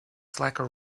slacker